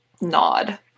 nod